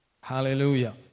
Hallelujah